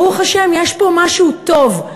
ברוך השם, יש פה משהו טוב.